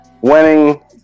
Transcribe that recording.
winning